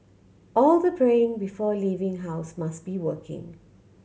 all the praying before leaving house must be working